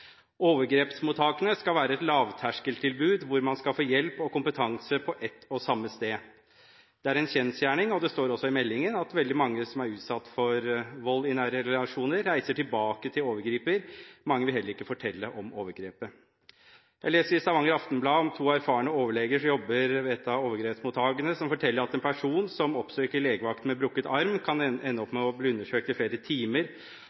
Overgrepsmottakene skal være et lavterskeltilbud hvor man skal få hjelp og kompetanse på ett og samme sted. Det er en kjensgjerning, og det står også i meldingen, at veldig mange som er utsatt for vold i nære relasjoner, reiser tilbake til overgriper. Mange vil heller ikke fortelle om overgrepet. Jeg leser i Stavanger Aftenblad om to erfarne overleger, som jobber ved et av overgrepsmottakene, som forteller at en person som oppsøker legevakten med brukket arm, kan ende opp med å bli undersøkt i flere timer